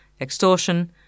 extortion